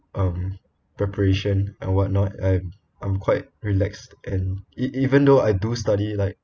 um preparation and whatnot I'm um quite relaxed and e~ even though I do study like